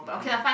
mmhmm